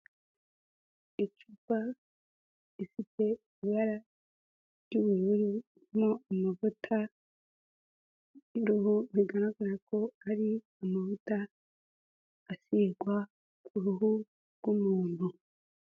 Icupa rifite ibara ry'ubururu ririmo amavuta y'uruhu, bigaragara ko ari amavuta asigwa ku ruhu rw'umuntu.